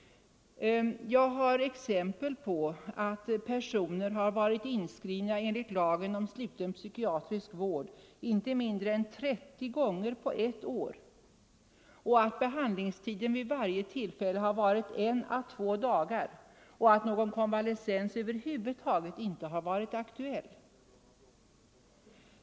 Jag har exempel på att personer har varit inskrivna enligt lagen om sluten psykiatrisk vård inte mindre än 30 gånger på ett år, att behandlingstiden vid varje tillfälle har varit I å 2 dagar och att någon konvalescens över huvud taget inte varit aktuell.